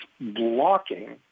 blocking